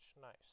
Nice